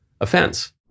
offense